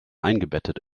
eingebettet